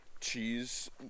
cheese